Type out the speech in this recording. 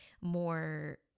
more